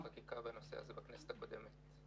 --- חקיקה בנושא הזה בכנסת הקודמת.